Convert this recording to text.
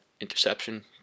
interception